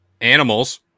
animals